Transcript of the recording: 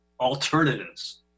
alternatives